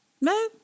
No